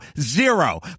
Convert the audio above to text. Zero